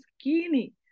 skinny